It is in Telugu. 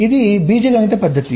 ఇది బీజగణిత పద్ధతి